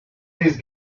these